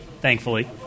thankfully